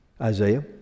Isaiah